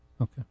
Okay